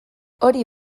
hori